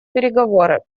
переговоры